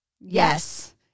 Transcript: Yes